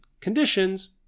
conditions